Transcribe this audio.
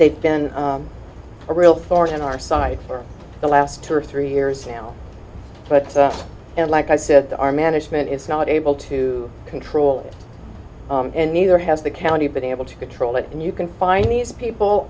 they've been a real thorn in our side for the last two or three years now but and like i said our management is not able to control it and neither has the county been able to control it and you can find these people